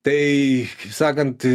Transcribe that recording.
tai sakant